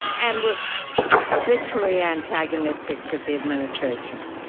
and was habitually antagonistic to the administration,